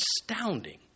astounding